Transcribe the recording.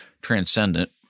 transcendent